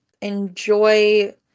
enjoy